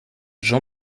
jean